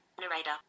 Narrator